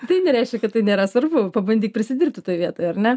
tai nereiškia kad tai nėra svarbu pabandyk prisidirbti toj vietoj ar ne